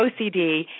OCD